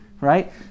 right